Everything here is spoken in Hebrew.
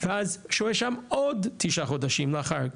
ואז שוהה שם עוד תשעה חודשים לאחר מכן,